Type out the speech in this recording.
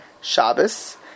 Shabbos